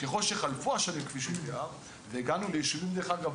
ככל שחלפו השנים והגענו ליישובים דרך אגב,